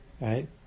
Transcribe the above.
right